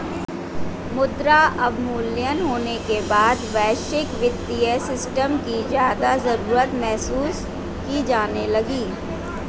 मुद्रा अवमूल्यन होने के बाद वैश्विक वित्तीय सिस्टम की ज्यादा जरूरत महसूस की जाने लगी